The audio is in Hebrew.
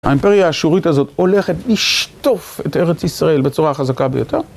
האימפריה האשורית הזאת הולכת לשטוף את ארץ ישראל בצורה החזקה ביותר.